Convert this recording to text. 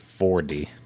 4D